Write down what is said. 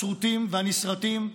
הסרוטים והנסרטים,